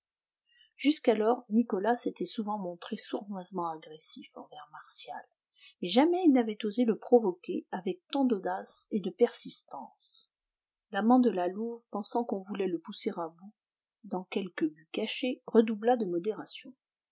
jusqu'alors nicolas s'était souvent montré sournoisement agressif envers martial mais jamais il n'avait osé le provoquer avec tant d'audace et de persistance l'amant de la louve pensant qu'on voulait le pousser à bout dans quelque but caché redoubla de modération